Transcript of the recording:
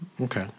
Okay